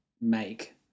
make